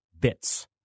bits